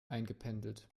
eingependelt